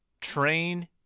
train